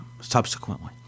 subsequently